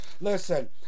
Listen